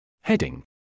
Heading